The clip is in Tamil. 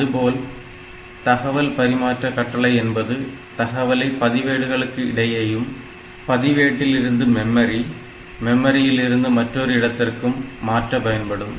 அதுபோல தகவல் பரிமாற்ற கட்டளை என்பது தகவலை பதிவேடுகளுக்கு இடையையும் பதிவேட்டிலிருந்து மெமரி மெமரியில் இருந்து மற்றொரு இடத்திற்கும் மாற்ற பயன்படும்